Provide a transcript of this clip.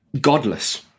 godless